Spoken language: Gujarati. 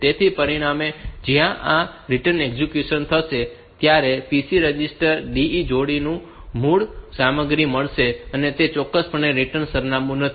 તેથી પરિણામે જ્યારે આ રિટર્ન એક્ઝિક્યુટ થશે ત્યારે PC રજિસ્ટરને DE જોડીની મૂળ સામગ્રી મળશે અને તે ચોક્કસપણે રિટર્ન સરનામું નથી